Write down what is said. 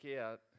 out